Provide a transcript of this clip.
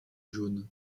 jaune